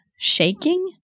shaking